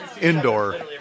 indoor